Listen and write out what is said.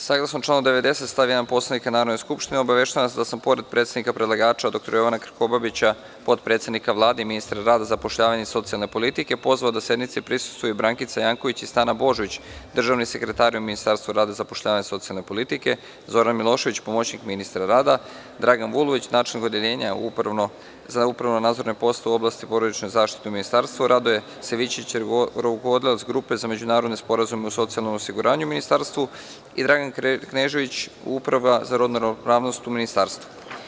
Saglasno članu 90. stav 1. Poslovnika Narodne skupštine obaveštavam vas da sam pored predstavnika predlagača dr Jovana Krkobabića, potpredsednika Vlade i ministra rada, zapošljavanja i socijalne politike, pozvao da sednici prisustvuje Brankica Janković i Stana Božović, državni sekretar u Ministarstvu rada, zapošljavanja i socijalne politike, Zoran Milošević, pomoćnik ministra rada, zapošljavanja i socijalne politike, Dragan Vulović, načelnik Odeljenja za upravno-nadzorne poslove u oblasti porodične zaštite u Ministarstvu, Radoje Savićević, rukovodilac Grupe za međunarodne sporazume o socijalnom osiguranju u Ministarstvu i Dragan Knežević, Uprava za rodnu ravnopravnost u Ministarstvu.